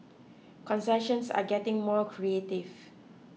concessions are getting more creative